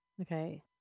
Okay